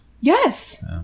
Yes